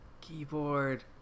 keyboard